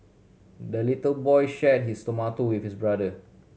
the little boy shared his tomato with his brother